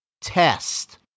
test